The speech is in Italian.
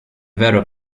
vero